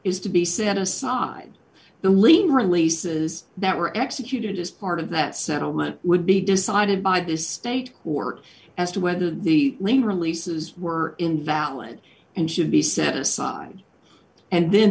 is to be set aside the lien releases that were executed as part of that settlement would be decided by the state court as to whether the lien releases were invalid and should be set aside and then